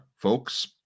folks